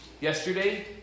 Yesterday